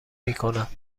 میکنن